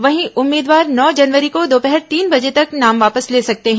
वहीं उम्मीदवार नौ जनवरी को दोपहर तीन बजे तक नाम वापस ले सकते हैं